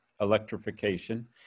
electrification